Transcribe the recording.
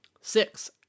Six